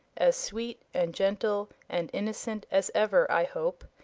as sweet and gentle and innocent as ever, i hope,